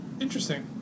Interesting